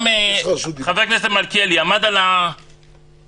גם חבר הכנסת מלכיאלי עמד במליאה,